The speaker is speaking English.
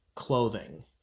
clothing